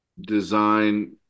design